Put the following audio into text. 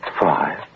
Five